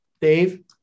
dave